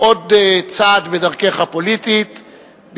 עוד צעד בדרכך הפוליטית.